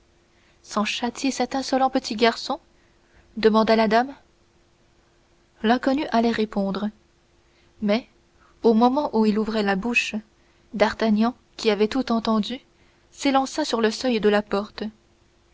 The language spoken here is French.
sans châtier cet insolent petit garçon demanda la dame l'inconnu allait répondre mais au moment où il ouvrait la bouche d'artagnan qui avait tout entendu s'élança sur le seuil de la porte